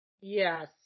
Yes